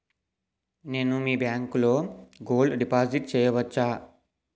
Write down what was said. నేను మీ బ్యాంకులో గోల్డ్ డిపాజిట్ చేయవచ్చా?